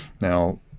Now